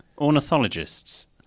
Ornithologists